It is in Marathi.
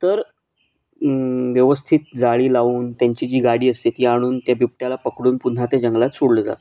तर व्यवस्थित जाळी लावून त्यांची जी गाडी असते ती आणून त्या बिबट्याला पकडून पुन्हा त्या जंगलात सोडलं जातात